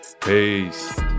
Peace